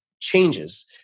changes